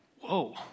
whoa